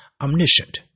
omniscient